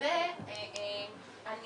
ואני